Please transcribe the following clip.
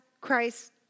Christ